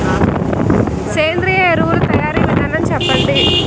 సేంద్రీయ ఎరువుల తయారీ విధానం చెప్పండి?